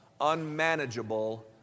unmanageable